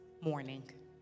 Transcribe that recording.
morning